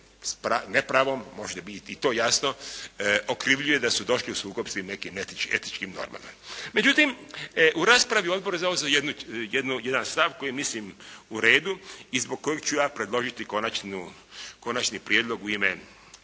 ne pravom može biti i to jasno okrivljuje da su došli u sukob s tim nekim etičkim normama. Međutim, u raspravi je odbor zauzeo jedan stav koji je mislim u redu i zbog kojeg ću ja predložiti konačni prijedlog u ime